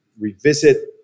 revisit